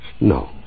No